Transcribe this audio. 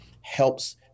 helps